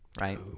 right